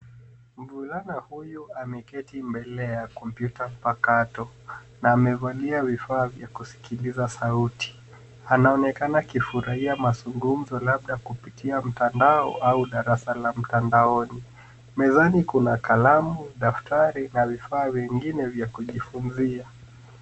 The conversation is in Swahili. Mvulana huyu ameketi mbele ya kompyuta mpakato na amevalia vifaa vya kusikiliza sauti. Anaonekana akifurahia mazungumzo labda kupitia mtandao au darasa la mtandaoni. Mezani kuna kalamu, daftari na vifaa vingine vya kujifunzia.